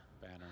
banner